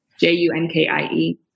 J-U-N-K-I-E